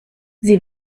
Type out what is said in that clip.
sie